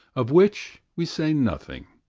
of which we say nothing,